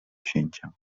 księcia